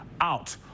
out